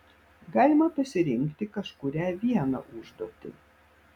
galima pasirinkti kažkurią vieną užduotį